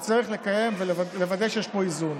שצריך לקיים ולוודא שיש פה איזון.